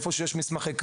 כסייפא,